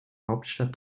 hauptstadt